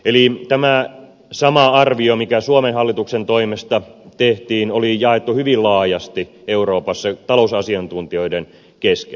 eli tämä sama arvio mikä suomen hallituksen toimesta tehtiin oli jaettu hyvin laajasti euroopassa talousasiantuntijoiden kesken